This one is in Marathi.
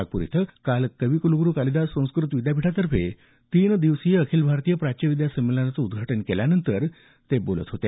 नागपूर इथं काल कवि कुलगुरु कालिदास संस्कृत विद्यापिठातर्फे तीन दिवसीय अखिल भारतीय प्राच्यविद्या संमेलनाचं उद्घाटन केल्यानंतर ते बोलत होते